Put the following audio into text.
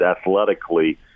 Athletically